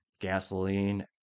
gasoline